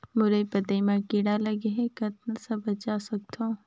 मुरई पतई म कीड़ा लगे ह कतना स बचा सकथन?